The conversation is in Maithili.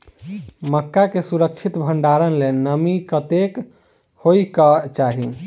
मक्का केँ सुरक्षित भण्डारण लेल नमी कतेक होइ कऽ चाहि?